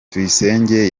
tuyisenge